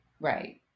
Right